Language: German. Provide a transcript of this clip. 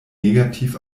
negativ